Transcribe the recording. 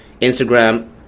Instagram